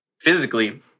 physically